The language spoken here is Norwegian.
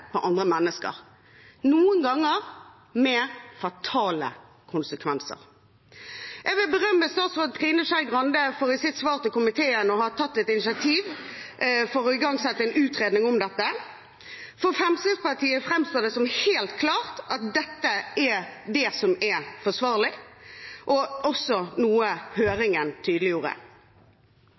på andre mennesker, noen ganger med fatale konsekvenser. Jeg vil berømme statsråd Trine Skei Grande for i sitt svar til komiteen å ha tatt et initiativ til å igangsette en utredning om dette. For Fremskrittspartiet framstår det som helt klart at dette er det som er forsvarlig, noe høringen også tydeliggjorde.